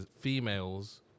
females